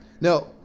No